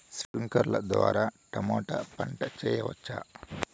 స్ప్రింక్లర్లు ద్వారా టమోటా పంట చేయవచ్చా?